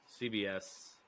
CBS